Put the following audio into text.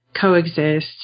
coexist